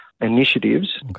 initiatives